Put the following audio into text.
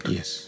Yes